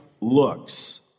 looks